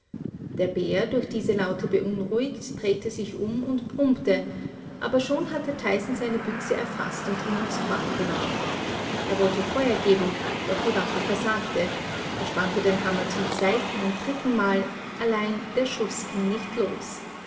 der bär durch diese laute beunruhigt drehte sich um und brummte aber schon hatte tyson seine büchse erfaßt und ihn aufs korn genommen er wollte feuer geben doch die waffe versagte er spannte den hammer zum zweiten und dritten mal allein der schuß ging nicht los